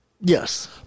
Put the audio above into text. Yes